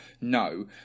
No